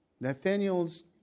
Nathaniel's